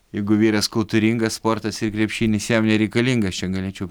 jeigu vyras kultūringas sportas ir krepšinis jam nereikalingas aš čia galėčiau